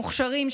מוכשרים,